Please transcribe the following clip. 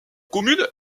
commune